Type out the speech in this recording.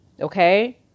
Okay